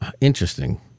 Interesting